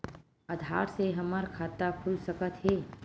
आधार से हमर खाता खुल सकत हे?